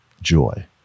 joy